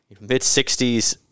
mid-60s